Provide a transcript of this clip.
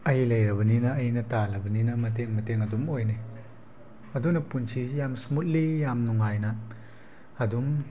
ꯑꯩ ꯂꯩꯔꯕꯅꯤꯅ ꯑꯩꯅ ꯇꯥꯜꯂꯕꯅꯤꯅ ꯃꯇꯦꯡ ꯃꯇꯦꯡ ꯑꯗꯨꯝ ꯑꯣꯏꯅꯩ ꯑꯗꯨꯅ ꯄꯨꯟꯁꯤꯁꯦ ꯌꯥꯝ ꯏꯁꯃꯨꯠꯂꯤ ꯌꯥꯝ ꯅꯨꯡꯉꯥꯏꯅ ꯑꯗꯨꯝ